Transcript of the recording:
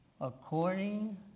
according